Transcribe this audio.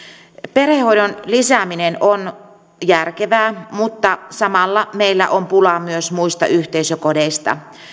perhehoidon lisääminen on järkevää mutta samalla meillä on pulaa myös muista yhteisökodeista